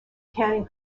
canning